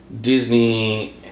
Disney